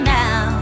now